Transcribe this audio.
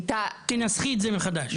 תנסחי את זה מחדש.